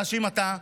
תאשים אתה,